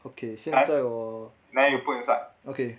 okay 现在我 okay